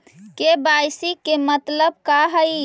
KYC के मतलब का हई?